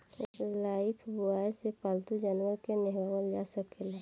Lifebuoy से पाल्तू जानवर के नेहावल जा सकेला